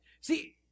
See